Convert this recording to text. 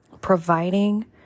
providing